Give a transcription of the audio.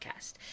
podcast